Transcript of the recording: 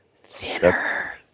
Thinner